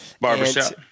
Barbershop